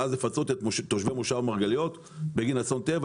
ואז לפצות את תושבי מושב מרגליות בגין אסון טבע,